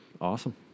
Awesome